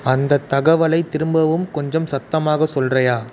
அந்த தகவலை திரும்பவும் கொஞ்சம் சத்தமாக சொல்கிறயா